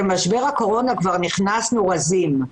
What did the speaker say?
למשבר הקורונה נכנסנו רזים,